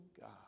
God